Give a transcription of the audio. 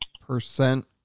percent